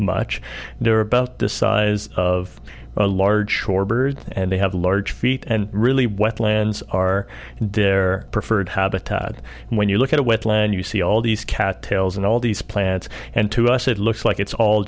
much there are about the size of a large shore bird and they have large feet and really wetlands are their preferred habitat and when you look at a wetland you see all these cat tails and all these plants and to us it looks like it's all